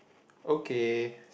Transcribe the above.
okay